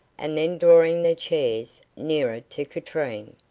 and then drawing their chairs nearer to katrine.